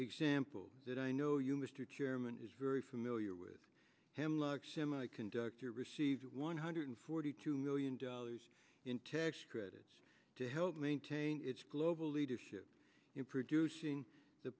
example that i know you mr chairman is very familiar with hemlock semiconductor received one hundred forty two million dollars in tax credits to help maintain its global leadership in producing the